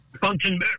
function